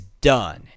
Done